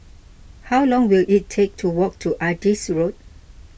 how long will it take to walk to Adis Road